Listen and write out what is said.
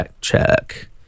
check